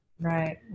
Right